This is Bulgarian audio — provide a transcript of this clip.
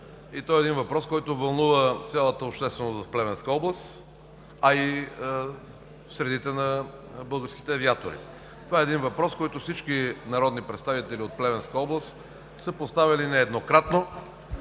и той е въпрос, който вълнува цялата общественост в Плевенска област, а и в средите на българските авиатори. Това е въпрос, който всички народни представители от Плевенска област, са поставяли нееднократно